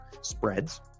spreads